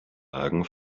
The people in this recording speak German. hagen